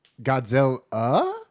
Godzilla